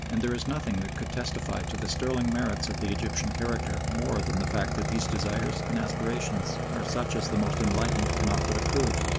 and there is nothing that could testify to the sterling merits of the egyptian character more than the fact that these desires and aspirations are such as the most enlightened cannot but approve.